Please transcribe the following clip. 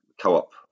co-op